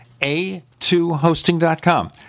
a2hosting.com